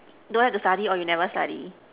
don't have to study or you never study